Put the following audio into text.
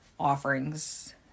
offerings